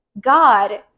God